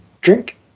drink